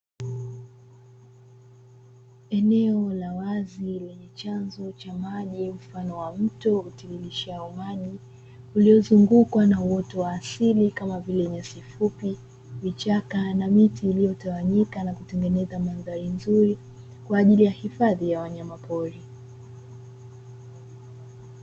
Eneo la wazi lenye chanzo cha maji mfano wa mto utiririshao maji, uliozungukwa na uoto wa asili kama vile nyasi fupi, vichaka na miti iliyotawanyika na kutengeneza madhari nzuri, kwa ajili ya hifadhi ya wanyamapori.